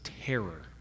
terror